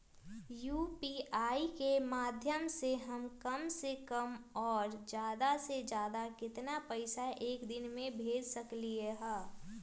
UPI के माध्यम से हम कम से कम और ज्यादा से ज्यादा केतना पैसा एक दिन में भेज सकलियै ह?